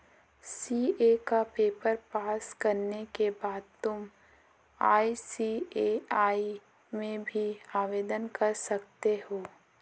CA का paper pass करने के बाद तुम आई.सी.ए.आई में भी आवेदन कर सकते हो